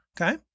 Okay